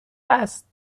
است